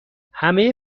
همه